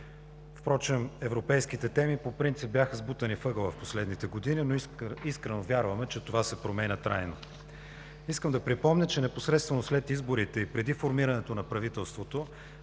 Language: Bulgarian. Впрочем европейските теми по принцип бяха сбутани в ъгъла в последните години, но искрено вярваме, че това се променя трайно. Искам да припомня, че непосредствено след изборите и преди формирането на правителството